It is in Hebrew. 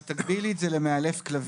אם את תגבילי את זה למאלף כלבים,